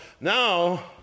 now